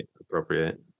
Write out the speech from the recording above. appropriate